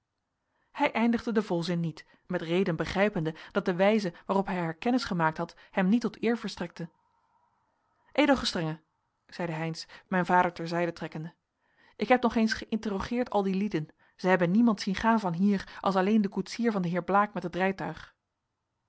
hij eindigde den volzin niet met reden begrijpende dat de wijze waarop hij haar kennis gemaakt had hem niet tot eer verstrekte ed gestrenge zeide heynsz mijn vader ter zijde trekkende ik heb nog eens geïnterrogeerd al die lieden zij hebben niemand zien gaan van hier als alleen den koetsier van den heer blaek met het rijtuig